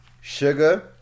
Sugar